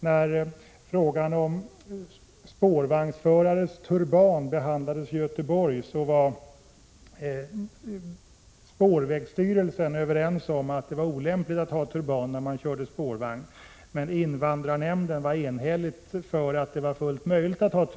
När frågan om spårvagnsförares turban behandlades i Göteborg ansåg Prot. 1986/87:24 spårvägsstyrelsen att det var olämpligt att ha turban när man körde spårvagn, 12 november 1986 men invandrarnämnden ansåg att detta var fullt möjligt.